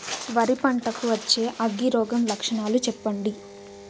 వరి పంట కు వచ్చే అగ్గి రోగం లక్షణాలు చెప్పండి?